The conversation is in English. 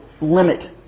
limit